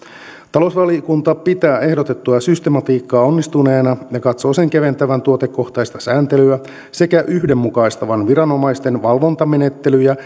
talousvaliokunta pitää ehdotettua systematiikkaa onnistuneena ja katsoo sen keventävän tuotekohtaista sääntelyä sekä yhdenmukaistavan viranomaisten valvontamenettelyjä